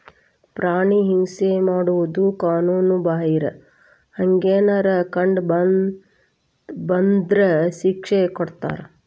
ಪ್ರಾಣಿ ಹಿಂಸೆ ಮಾಡುದು ಕಾನುನು ಬಾಹಿರ, ಹಂಗೆನರ ಕಂಡ ಬಂದ್ರ ಶಿಕ್ಷೆ ಕೊಡ್ತಾರ